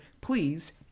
Please